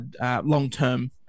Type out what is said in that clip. long-term